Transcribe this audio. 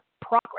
progress